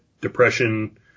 depression